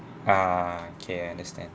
ah okay I understand